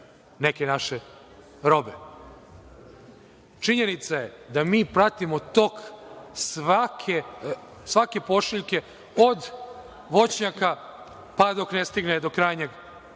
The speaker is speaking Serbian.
neke naše robe. Činjenica je da mi pratimo tok svake pošiljke od voćnjaka pa dok ne stigne do krajnjeg